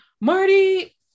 Marty